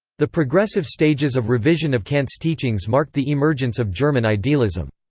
the progressive stages of revision of kant's teachings marked the emergence of german idealism.